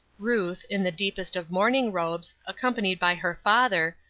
ruth, in the deepest of mourning robes, accompanied by her father,